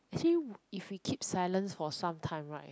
actually if we keep silence for some time right